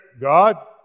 God